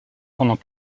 pendant